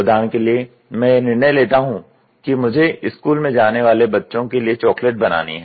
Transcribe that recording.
उदाहरण के लिए मैं यह निर्णय लेता हूं कि मुझे स्कूल में जाने वाले बच्चों के लिए चॉकलेट बनानी है